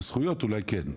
בזכויות אולי כן.